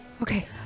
Okay